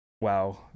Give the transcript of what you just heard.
wow